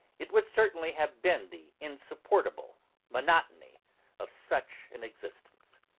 it would certainly have been the insupportable monotony of such an existence.